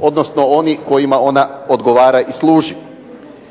odnosno oni kojima ona odgovara i služi.